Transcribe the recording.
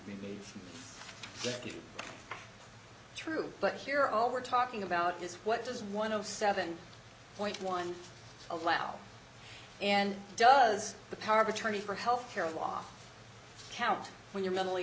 is true but here all we're talking about is what does one of seven point one allow and does the power of attorney for health care law count when you're mentally